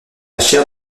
chair